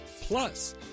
Plus